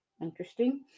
Interesting